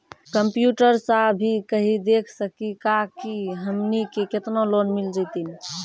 Computer सा भी कही देख सकी का की हमनी के केतना लोन मिल जैतिन?